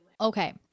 okay